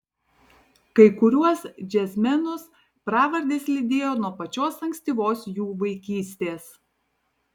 kai kuriuos džiazmenus pravardės lydėjo nuo pačios ankstyvos jų vaikystės